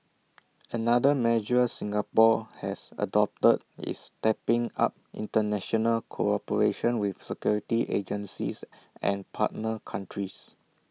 another measure Singapore has adopted is stepping up International cooperation with security agencies and partner countries